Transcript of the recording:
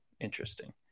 interesting